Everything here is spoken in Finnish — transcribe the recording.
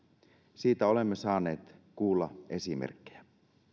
siitä olemme saaneet kuulla esimerkkejä